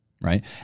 Right